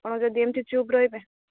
ଆପଣ ଯଦି ଏମିତି ଚୁପ୍ ରହିବେ